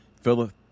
Philip